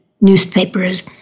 newspapers